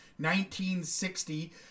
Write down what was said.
1960